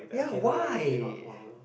ya why